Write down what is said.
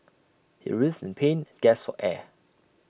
he writhed in pain and gasped for air